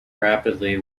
rapidly